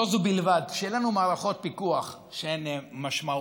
לא זו בלבד שאין לנו מערכות פיקוח שהן משמעותיות,